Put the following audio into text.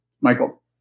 Michael